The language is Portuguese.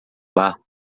barco